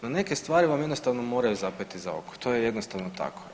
No neke stvari vam jednostavno moraju zapeti za oko, to je jednostavno tako.